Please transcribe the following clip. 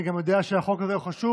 אני גם יודע שהחוק הזה הוא חשוב